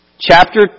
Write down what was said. chapter